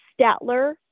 Statler